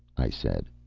i said.